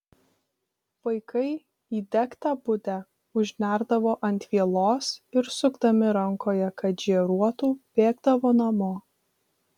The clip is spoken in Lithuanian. vaikai įdegtą budę užnerdavo ant vielos ir sukdami rankoje kad žėruotų bėgdavo namo